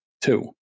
two